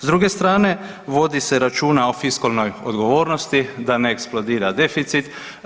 S druge strane vodi se računa o fiskalnoj odgovornosti da ne eksplodira deficit.